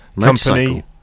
company